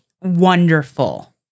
wonderful